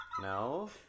No